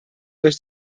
durch